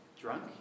drunk